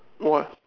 no what